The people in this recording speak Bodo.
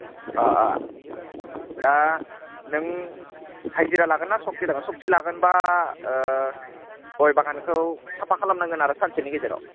दा नों हाजिरा लागोन ना सक्ति लागोन सक्ति लागोन बा गय बागानखौ साफा खालामनांगोन आरो सानसेनि गेजेराव